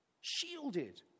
Shielded